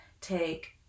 take